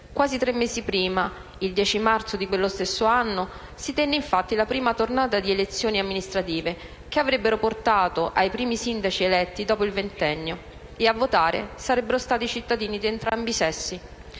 Quasi tre mesi prima, il 10 marzo di quello stesso anno, si tenne infatti la prima tornata di elezioni amministrative che avrebbero portato ai primi sindaci eletti dopo il Ventennio. E a votare sarebbero stati i cittadini di entrambi i sessi: